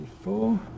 four